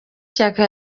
shaka